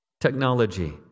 Technology